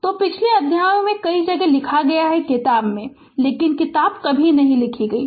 तो पिछले अध्यायों में कई जगह लिखा है कि किताब में लेकिन किताब कभी नहीं लिखी गई थी